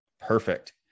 Perfect